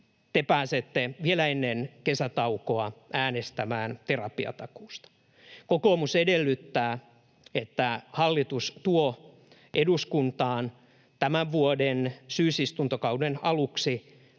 te pääsette vielä ennen kesätaukoa äänestämään terapiatakuusta. Kokoomus edellyttää, että hallitus tuo eduskuntaan tämän vuoden syysistuntokauden aluksi